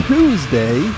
Tuesday